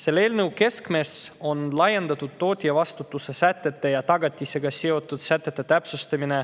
Selle eelnõu keskmes on laiendatud tootjavastutuse sätete ja tagatisega seotud sätete täpsustamine